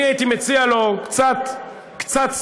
אני הייתי מציע לו קצת צניעות,